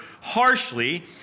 harshly